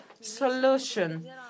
solution